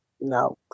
No